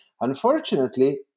Unfortunately